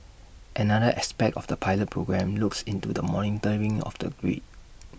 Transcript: another aspect of the pilot programme looks into the monitoring of the grid